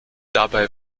dabei